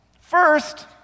First